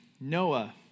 Noah